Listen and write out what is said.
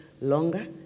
longer